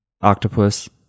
octopus